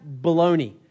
baloney